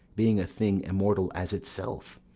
being a thing immortal as itself?